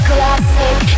Classic